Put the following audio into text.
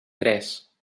tres